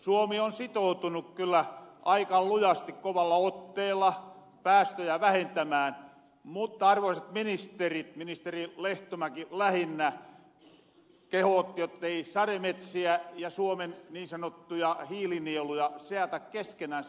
suomi on sitoutunut kyllä aika lujasti kovalla otteella päästöjä vähentämään mutta arvoisat ministerit ministeri lehtomäki lähinnä kehootti jottei sademetsiä ja suomen niin sanottuja hiilinieluja seata keskenänsä